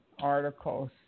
articles